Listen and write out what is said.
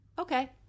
okay